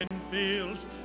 fields